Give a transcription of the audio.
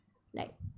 like